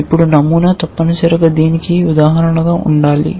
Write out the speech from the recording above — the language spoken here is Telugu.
అప్పుడు నమూనా తప్పనిసరిగా దీనికి ఉదాహరణగా ఉండాలి